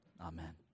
amen